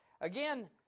Again